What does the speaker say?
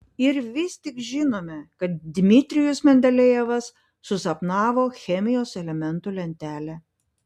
ir vis tik žinome kad dmitrijus mendelejevas susapnavo chemijos elementų lentelę